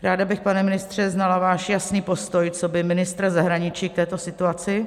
Ráda bych, pane ministře, znala váš jasný postoj coby ministra zahraničí k této situaci.